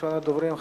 ראשון הדוברים,